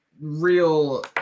real